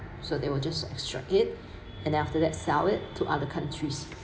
so they will just extract it and then after that sell it to other countries